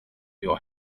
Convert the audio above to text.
your